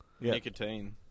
Nicotine